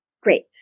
Great